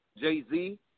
Jay-Z